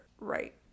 right